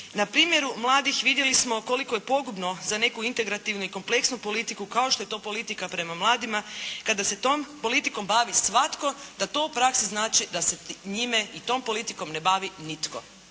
Na primjeru mladih vidjeli smo koliko je pogubno za neku integrativnu i kompleksnu politiku kao što je to politika prema mladima, kada se tom politikom bavi svatko da to u praksi znači da se njime i tom politikom ne bavi nitko.